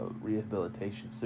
rehabilitation